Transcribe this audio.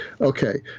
Okay